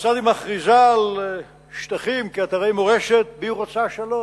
כיצד היא מכריזה על שטחים כאתרי מורשת והיא רוצה שלום?